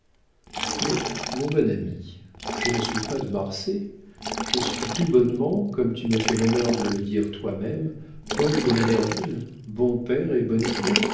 mais mon bon ami je ne suis pas de marsay je suis tout bonnement comme tu me fais l'honneur de le dire toi-même paul de manerville bon père et bon époux